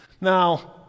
Now